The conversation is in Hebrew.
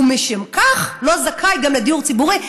ומשום כך הוא לא זכאי לדיור ציבורי,